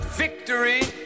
Victory